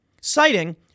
citing